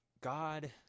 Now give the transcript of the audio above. God